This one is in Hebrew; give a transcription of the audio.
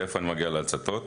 תכף אגיע להצתות.